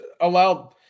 allowed